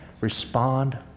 Respond